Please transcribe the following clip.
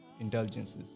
indulgences